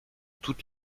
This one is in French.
toutes